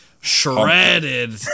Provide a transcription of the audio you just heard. shredded